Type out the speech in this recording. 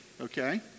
okay